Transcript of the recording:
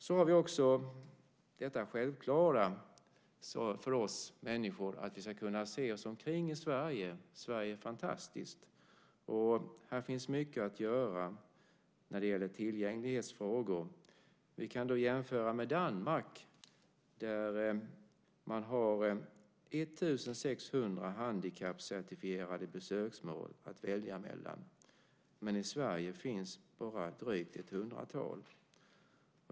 Så har vi också detta självklara för oss människor att vi ska kunna se oss omkring i Sverige - Sverige är fantastiskt. Här finns mycket att göra när det gäller tillgänglighetsfrågor. Vi kan jämföra med Danmark, där man har 1 600 handikappcertifierade besöksmål att välja mellan. I Sverige finns bara drygt ett hundratal.